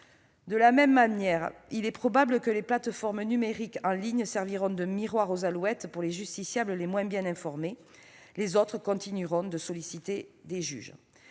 De la même manière, il est probable que les plateformes numériques en ligne serviront de miroir aux alouettes pour les justiciables les moins bien informés. Les autres continueront de solliciter des juges.